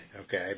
okay